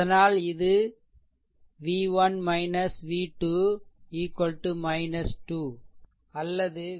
அதனால் இது v1 v2 2 அல்லது v2 v1 2